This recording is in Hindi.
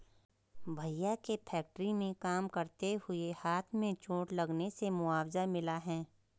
भैया के फैक्ट्री में काम करते हुए हाथ में चोट लगने से मुआवजा मिला हैं